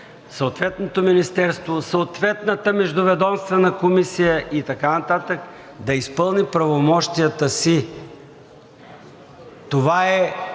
съответното министерство, съответната междуведомствена комисия и така нататък, да изпълни правомощията си. Това е,